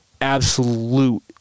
absolute